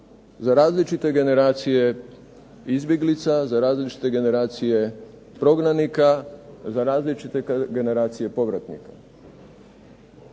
Za različite generacije izbjeglica, za različite generacije prognanika, za različite generacije povratnika.